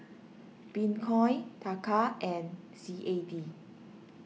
Bitcoin Taka and C A D